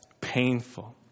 painful